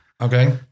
Okay